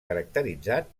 caracteritzat